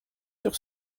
sur